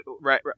Right